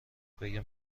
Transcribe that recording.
بگم